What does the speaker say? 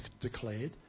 declared